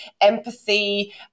empathy